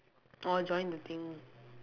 orh join the thing